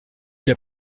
l’as